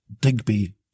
Digby